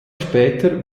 später